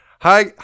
Hi